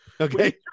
Okay